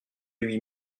huit